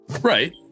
Right